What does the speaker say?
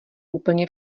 úplně